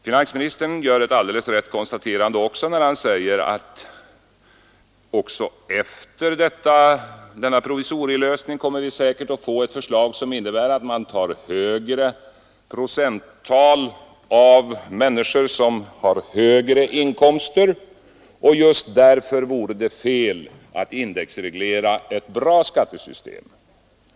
Finansministern gör också ett annat riktigt konstaterande när han säger att vi även efter denna provisorielösning säkert kommer att få ett förslag som innebär att man skall ta ut högre procenttal av människor som har högre inkomster. Han säger att det just därför vore fel att indexreglera ett bra skattesystem.